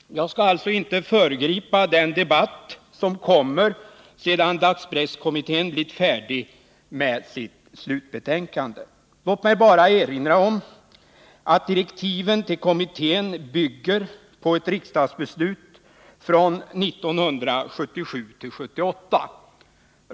Jag skall alltså inte föregripa den debatt som kommer sedan dagspresskommittén blivit färdig med sitt slutbetänkande. Låt mig bara erinra om att direktiven till kommittén bygger på ett riksdagsbeslut från 1977/78.